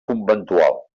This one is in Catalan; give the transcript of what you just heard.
conventual